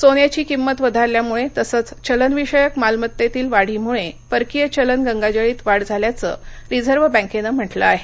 सोन्याची किंमत वधारल्यामुळे तसंच चलनविषयक मालमत्तेतील वाढीमुळे परकीय चलन गंगाजळीत वाढ झाल्याचं रिझर्व बँकेनं म्हटलं आहे